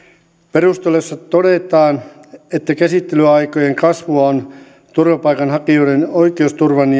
perusteluissa todetaan että käsittelyaikojen kasvua on turvapaikanhakijoiden oikeusturvan